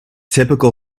typical